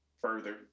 further